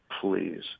Please